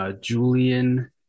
Julian